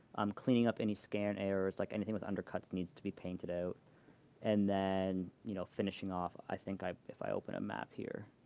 um cleaning up any scan errors, like, anything with undercuts needs to be painted out and then you know finishing off. i think if i open a map here